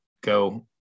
go